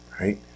right